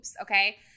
okay